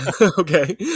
Okay